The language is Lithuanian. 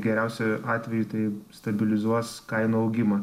geriausiu atveju tai stabilizuos kainų augimą